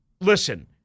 listen